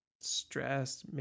stressed